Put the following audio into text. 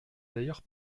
d’ailleurs